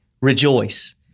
rejoice